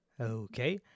Okay